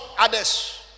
others